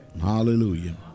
hallelujah